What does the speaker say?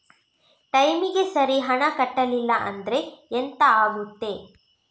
ಟೈಮಿಗೆ ಸರಿ ಹಣ ಕಟ್ಟಲಿಲ್ಲ ಅಂದ್ರೆ ಎಂಥ ಆಗುತ್ತೆ?